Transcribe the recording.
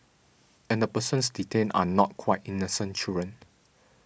and the persons detained are not quite innocent children